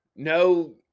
No